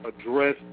address